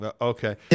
Okay